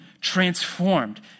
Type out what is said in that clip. transformed